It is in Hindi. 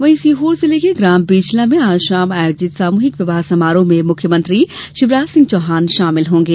वहीं सीहोर जिले के ग्राम बीजला में आज शाम आयोजित सामूहिक विवाह समारोह में मुख्यमंत्री शिवराज सिंह चौहान शामिल होंगे